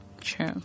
True